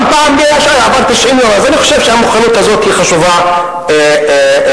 אז אני חושב שהמוכנות הזאת היא חשובה מאוד.